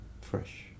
fresh